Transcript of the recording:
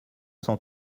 cent